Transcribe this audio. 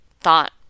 thought